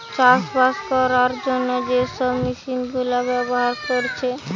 চাষবাস কোরার জন্যে যে সব মেশিন গুলা ব্যাভার কোরছে